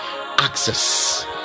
access